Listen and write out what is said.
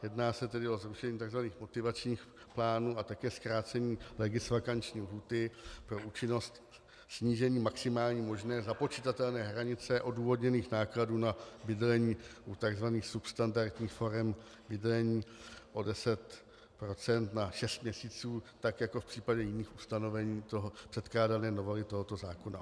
Jedná se tedy o zrušení tzv. motivačních plánů a také zkrácení legisvakanční lhůty pro účinnost snížení maximálně možné započitatelné hranice odůvodněních nákladů na bydlení u tzv. substandardních forem bydlení o 10 % na šest měsíců tak jako v případě jiných ustanovení předkládané novely tohoto zákona.